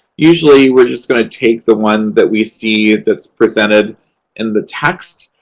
usually, we're just going to take the one that we see that's presented in the text.